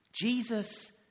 Jesus